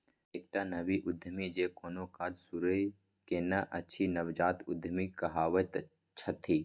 एकटा नव उद्यमी जे कोनो काज शुरूए केने अछि नवजात उद्यमी कहाबैत छथि